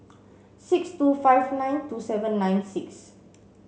six two five nine two seven nine six